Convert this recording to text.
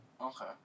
Okay